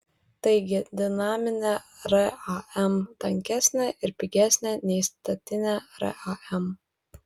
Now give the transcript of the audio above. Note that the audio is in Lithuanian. taigi dinaminė ram tankesnė ir pigesnė nei statinė ram